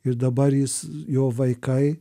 ir dabar jis jo vaikai